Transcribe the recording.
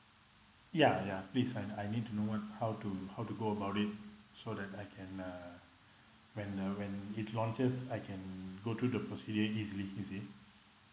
yeah yeah please I I need to know what how to how to go about it so that I can uh when uh when it launches I can go through the procedure easily you see